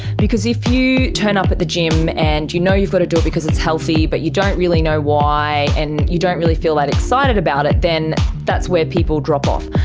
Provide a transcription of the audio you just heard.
because if you turn up at the gym and you know you've got to do it because it's healthy but you don't really know why, and you don't really feel that excited about it, then that's where people drop off.